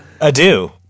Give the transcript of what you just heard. Adieu